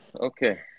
Okay